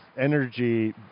energy